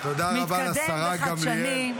מתקדם וחדשני.